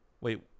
wait